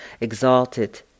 exalted